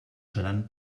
seran